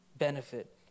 benefit